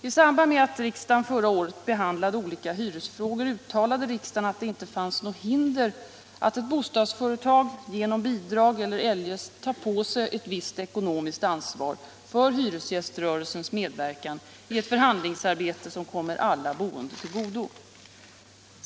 I samband med att riksdagen förra året behandlade olika hyresfrågor uttalade riksdagen att det inte finns något hinder för att ett bostadsföretag genom bidrag eller eljest tar på sig ett visst ekonomiskt ansvar för hyresgäströrelsens medverkan i ett förhandlingsarbete som kommer alla boende till godo.